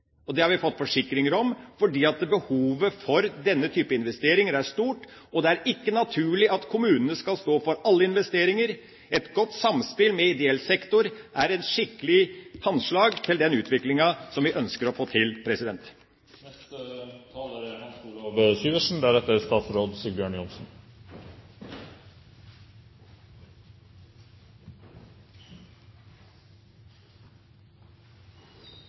behovet for denne type investeringer er stort, og det er ikke naturlig at kommunene skal stå for alle investeringer. Et godt samspill med ideell sektor er et skikkelig handslag til den utviklinga som vi ønsker å få til. Av og til bør det være politikkens oppgave å sørge for at det er